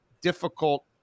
difficult